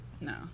No